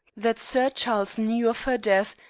that sir charles knew of her death,